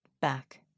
back